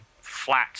flat